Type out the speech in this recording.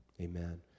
amen